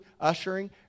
ushering